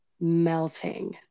melting